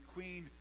Queen